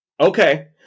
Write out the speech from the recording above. Okay